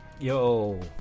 Yo